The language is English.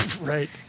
Right